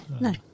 No